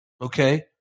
Okay